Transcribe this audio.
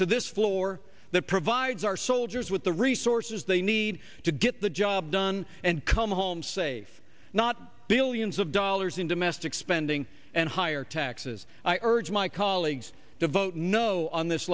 to this floor that provides our soldiers with the resources they need to get the job done and come home safe not billions of dollars in domestic spending and higher taxes i urge my colleagues to vote no on this